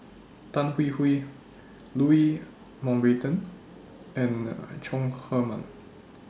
Tan Hwee Hwee Louis Mountbatten and An Chong Heman